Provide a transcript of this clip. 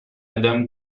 adam